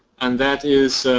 and that is